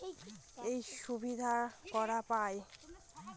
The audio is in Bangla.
এই সুবিধা কারা পায়?